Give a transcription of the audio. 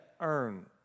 earn